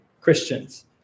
Christians